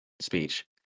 speech